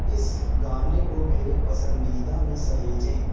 इस गाने को मेरे पसंदीदा में सहेजें